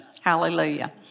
hallelujah